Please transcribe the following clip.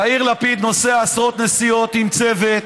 יאיר לפיד נוסע עשרות נסיעות עם צוות,